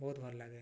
ବହୁତ ଭଲ ଲାଗେ